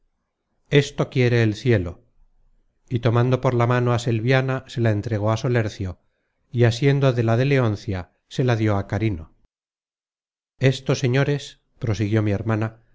esto quiere el cielo y tomando por la mano á selviana se la entregó á solercio y asiendo de la de leoncia se la dió á carino esto señores prosiguió mi hermana